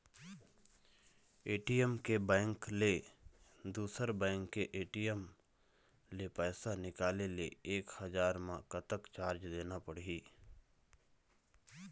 ATM के bank ले दुसर बैंक के ए.टी.एम ले पैसा निकाले ले एक हजार मा कतक चार्ज देना पड़ही?